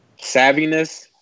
savviness